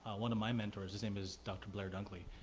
one of my mentors, his name is dr. blair dunkly,